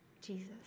Jesus